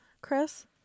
Chris